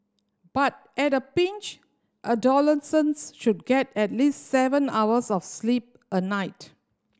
but at a pinch adolescents should get at least seven hours of sleep a night